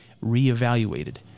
re-evaluated